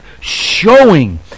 showing